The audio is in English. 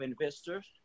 investors